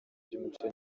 by’umuco